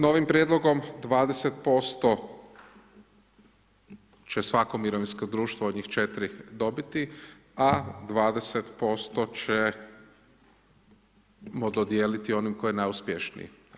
Novim prijedlogom 20% će svako mirovinsko društvo od njih 4 dobiti, a 20% ćemo dodijeliti onom ko je najupješniji.